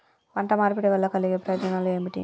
పంట మార్పిడి వల్ల కలిగే ప్రయోజనాలు ఏమిటి?